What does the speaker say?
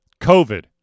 COVID